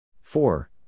four